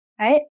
right